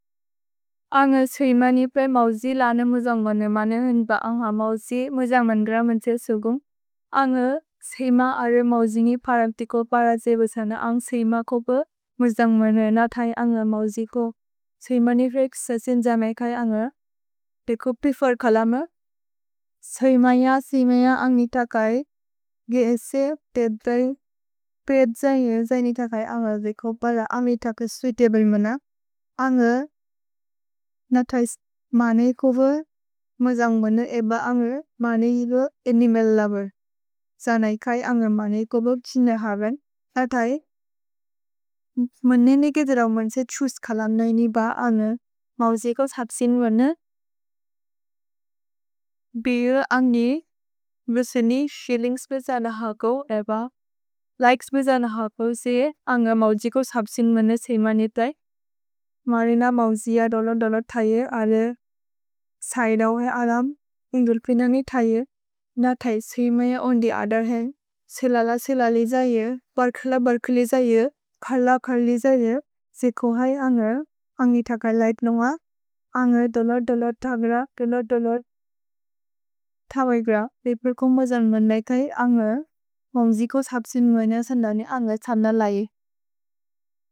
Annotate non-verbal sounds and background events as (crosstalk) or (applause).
अन्ग् स्वेम नि प्रए मौजि लन मुजोन्गोनु मनु हुन्प अन्घ मौजि, मुजन्ग्मन् ग्रमन् त्से सुगुम्। अन्ग् स्वेम अरे मौजिनि परम्तिको पर त्से बुसन अन्ग् स्वेम कोपे मुजोन्ग्मनु नतै अन्ग मौजि को। स्वेम नि फ्रए क्ससिन् जमे कै अन्ग। देकु पिफोर् कल म। स्वेम य स्वेम य अन्गित कै गीसे, तेद्दै, प्रए त्से जने जने तकै अन्ग देकु पल अन्गित के सुइतब्ले मन। अन्ग नतै मनेकोव मुजन्ग्मनु एब अन्ग मनेकोव अनिमल् लोवेर्। जने कै अन्ग मनेकोव जिने हवेन् नतै। (hesitation) मने नेगेदेरओ मन्से त्सुस् कल ननेब अनु मौजि को सप्सिन् मन। भिरु अन्गि बुसनि सिलिन्ग्स्पे जने हको एब। लिकेस्पे जने हको से अन्ग मौजि को सप्सिन् मन स्वेम नितै। मरिन मौजिअ दोलो दोलो तये अले सैदओ ए अलम्। इन्गुल्पिन नितैए नतै स्वेम य ओन्दि अदर्हेन्। सिलल सिल लि जये, बर्कल बर्क् लि जये, खर्ल खर्ल लि जये। जेकु है अन्ग, अन्गित कै लैत् नुअ। अन्ग दोलो दोलो दग्र दोलो दोलो। तवैग्र पेपेर्को मजन्ग्मनु मेकै अन्ग मौजि को सप्सिन् मन सन्दने अन्ग त्सन लै।